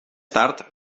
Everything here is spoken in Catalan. tard